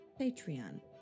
Patreon